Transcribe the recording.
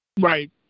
Right